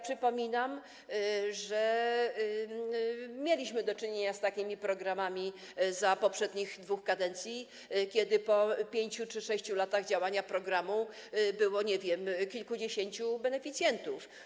Przypominam, że mieliśmy do czynienia z takimi programami w czasie poprzednich dwóch kadencji, kiedy po 5 czy 6 latach działania programu było kilkudziesięciu beneficjentów.